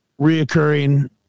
reoccurring